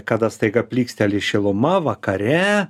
kada staiga plyksteli šiluma vakare